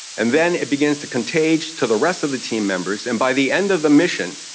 and then it begins to contage to the rest of the team members, and by the end of the mission,